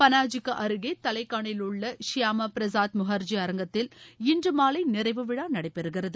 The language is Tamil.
பனாஜிக்கு அருகே தலேகானிலுள்ள ஷியாமா பிரசாத் முகர்ஜி அரங்கத்தில் இன்று மாலை நிறைவு விழா நடைபெறுகிறது